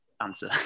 answer